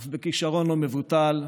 אף בכישרון לא מבוטל,